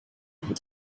able